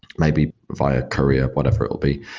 maybe via carrier, whatever it will be,